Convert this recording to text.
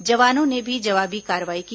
जवानों ने भी जवाबी कार्रवाई की